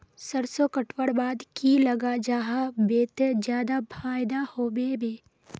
सरसों कटवार बाद की लगा जाहा बे ते ज्यादा फायदा होबे बे?